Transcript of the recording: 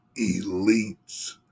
elites